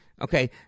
Okay